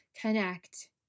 connect